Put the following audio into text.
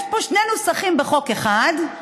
יש פה שני נוסחים בחוק אחד.